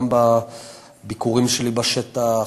גם בביקורים שלי בשטח,